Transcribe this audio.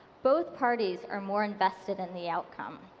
both parties are more invested in the outcome.